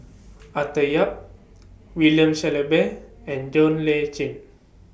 Arthur Yap William Shellabear and John Le Cain